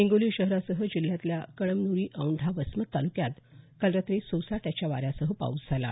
हिंगोली शहरासह जिल्ह्यातल्या कळमन्री औंढा वसमत ताल्क्यात काल रात्री सोसाट्याच्या वाऱ्यासह पाऊस झाला